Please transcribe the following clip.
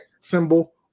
symbol